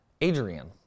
Adrian